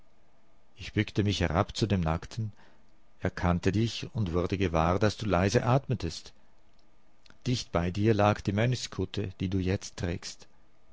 ich bückte mich herab zu dem nackten erkannte dich und wurde gewahr daß du leise atmetest dicht bei dir lag die mönchskutte die du jetzt trägst